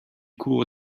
cours